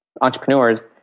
entrepreneurs